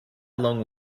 long